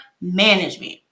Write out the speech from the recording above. management